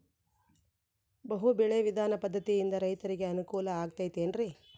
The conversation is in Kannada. ಬಹು ಬೆಳೆ ವಿಧಾನ ಪದ್ಧತಿಯಿಂದ ರೈತರಿಗೆ ಅನುಕೂಲ ಆಗತೈತೇನ್ರಿ?